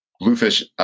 Bluefish